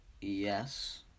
Yes